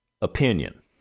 opinion